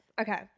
Okay